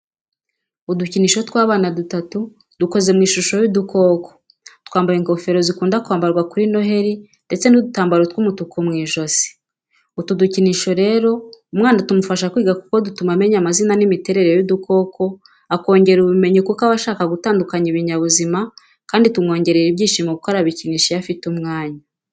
Udukinisho tw'abana dutatu dukoze mu ishusho y'udukoko, twambaye ingofero zikunda kwambarwa kuri noheli ndetse n'udutambaro tw'umutuku mu ijosi. Utu dukinisho rero umwana tumufasha kwiga kuko dutuma amenya amazina n’imiterere y’udukoko, akongera ubumenyi kuko abasha gutandukanya ibinyabuzima kandi tumwongerera ibyishimo kuko arabikinisha iyo afite umwanya.